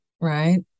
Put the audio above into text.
right